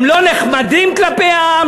הם לא נחמדים כלפי העם?